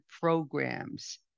programs